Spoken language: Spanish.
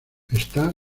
está